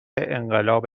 انقلاب